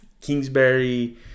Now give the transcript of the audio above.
Kingsbury